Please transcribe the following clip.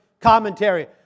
commentary